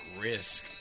risk